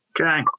Okay